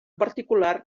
particular